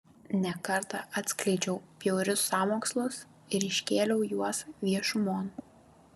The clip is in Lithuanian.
ne kartą atskleidžiau bjaurius sąmokslus ir iškėliau juos viešumon